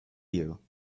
you